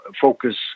focus